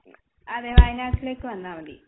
അതേ വയനാട്ടിലേക്ക് വന്നാൽ മതി